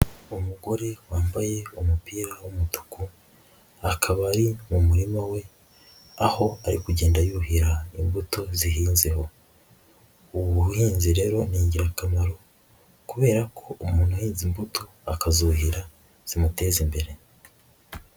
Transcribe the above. Umugore wambaye umupira w'umutuku akaba ari mu murima we, aho ari kugenda yuhira imbuto zihinzeho, ubu buhinzi rero ni ingirakamaro kubera ko umuntu uhinze imbuto, akazuhira zimuteza imbere.